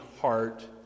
heart